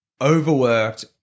overworked